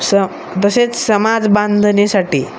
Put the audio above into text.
स तसेच समाज बांधणीसाठी